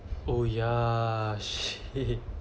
oh yeah shit